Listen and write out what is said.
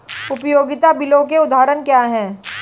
उपयोगिता बिलों के उदाहरण क्या हैं?